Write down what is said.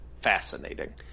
fascinating